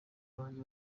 banjye